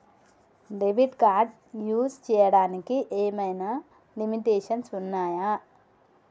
Debit card use చేయడానికి ఏమైనా limitations ఉన్నాయా?